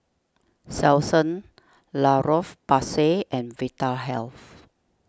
Selsun La Roche Porsay and Vitahealth